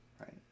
right